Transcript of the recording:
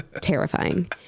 terrifying